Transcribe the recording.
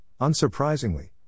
unsurprisingly